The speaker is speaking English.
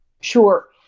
Sure